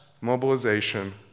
mobilization